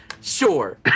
Sure